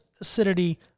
acidity